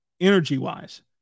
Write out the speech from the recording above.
energy-wise